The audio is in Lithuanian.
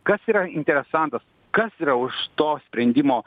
kas yra interesantas kas yra už to sprendimo